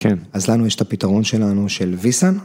כן. אז לנו יש את הפתרון שלנו של ויסן.